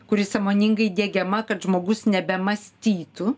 kuri sąmoningai diegiama kad žmogus nebemąstytų